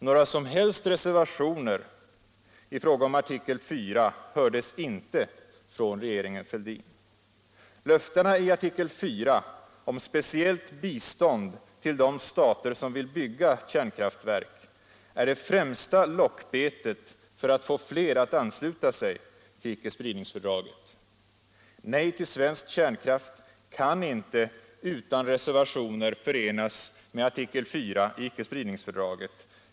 Några som helst reservationer i fråga om artikel IV hördes inte från regeringen Fälldin. Löftena i artikel IV om speciellt bistånd till de stater som vill bygga kärnkraftverk är det främsta lockbetet för att få fler att ansluta sig till icke-spridningsfördraget. Nej till svensk kärnkraft kan inte utan reservationer förenas med artikel IV i icke-spridningsfördraget.